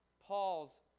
Paul's